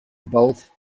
both